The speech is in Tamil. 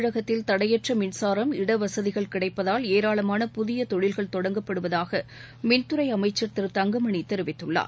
தமிழகத்தில் தடையற்ற மின்சாரம் இடவசதிகள் கிடைப்பதால் ஏராளமான புதிய தொழில்கள் தொடங்கப்படுவதாக மின்துறை அமைச்சர் திரு தங்கமணி தெரிவித்துள்ளார்